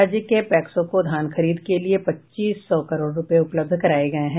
राज्य के पैक्सों को धान खरीद के लिए पच्चीस सौ करोड़ रूपये उपलब्ध कराये गये हैं